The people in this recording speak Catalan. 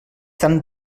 tan